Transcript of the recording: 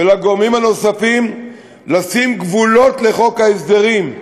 ולגורמים נוספים, לשים גבולות לחוק ההסדרים,